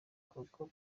kuko